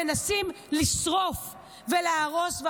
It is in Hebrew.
מנסים לשרוף ולהרוס,